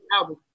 album